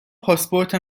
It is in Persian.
پاسپورت